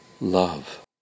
love